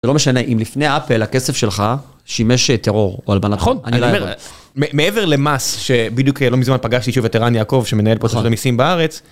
זה לא משנה אם לפני אפל הכסף שלך שימש טרור או הלבנת... נכון, אני אומר, מעבר למס שבדיוק לא מזמן פגשתי שוב את ערן יעקב שמנהל פה את רשות המיסים בארץ.